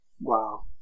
Wow